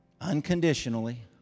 unconditionally